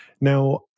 Now